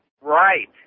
Right